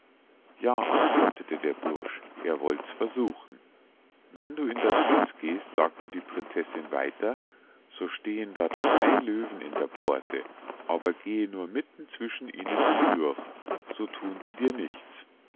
ja antwortete der bursch er wollt's versuchen wenn du in das schloß gehst sagte die prinzessinn weiter so stehen da zwei löwen in der pforte aber gehe nur mitten zwischen ihnen hindurch so thun sie dir nichts